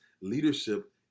leadership